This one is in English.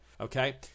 Okay